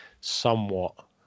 somewhat